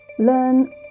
Learn